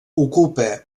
ocupa